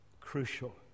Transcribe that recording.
Crucial